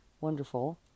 wonderful